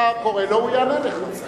אתה קורא לו, הוא יענה לך.